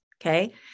Okay